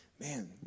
man